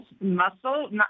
Muscle